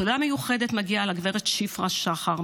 תודה מיוחדת מגיעה לגב' שפרה שחר,